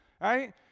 Right